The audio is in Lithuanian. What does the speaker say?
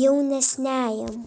jaunesniajam